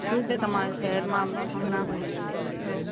શું છે તમારા શહેરમાં હમ હમણાં એવું